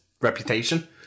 reputation